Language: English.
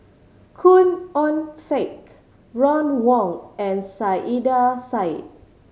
Khoo Oon Teik Ron Wong and Saiedah Said